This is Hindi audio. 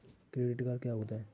क्रेडिट कार्ड क्या होता है?